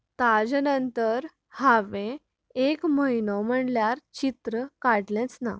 ताजे नंतर हांवें एक म्हयनो म्हळ्यार चित्र काडलेच ना